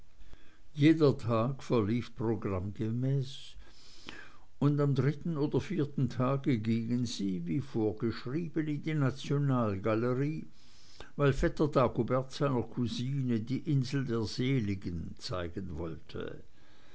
jeder tag verlief programmäßig und am dritten oder vierten tag gingen sie wie vorgeschrieben in die nationalgalerie weil vetter dagobert seiner cousine die insel der seligen zeigen wollte